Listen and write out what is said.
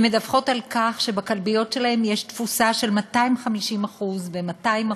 הן מדווחות על כך שבכלביות שלהן יש תפוסה של 250% ו-200%,